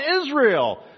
Israel